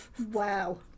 wow